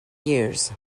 years